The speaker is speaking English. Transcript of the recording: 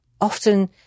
often